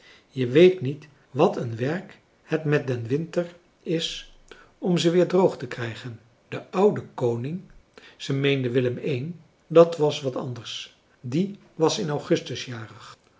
je weet niet wat een werk het met den winter is om ze weer droog te krijgen de oude koning ze meende willem i dat was wat anders die was in augustus jarig